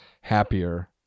happier